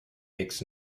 makes